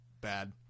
bad